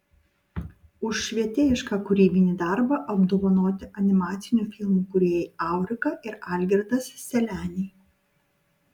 už švietėjišką kūrybinį darbą apdovanoti animacinių filmų kūrėjai aurika ir algirdas seleniai